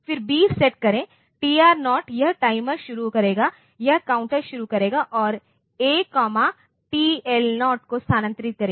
फिर B set करें TR 0 यह टाइमर शुरू करेगा यह काउंटर शुरू करेगा और ए कॉमा टीएल0 को स्थानांतरित करेगा